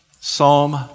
Psalm